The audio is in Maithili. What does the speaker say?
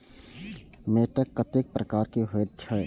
मैंट कतेक प्रकार के होयत छै?